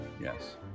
Yes